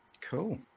Cool